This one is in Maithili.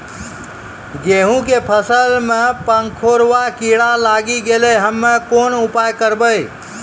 गेहूँ के फसल मे पंखोरवा कीड़ा लागी गैलै हम्मे कोन उपाय करबै?